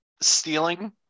stealing